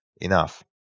Enough